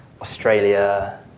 Australia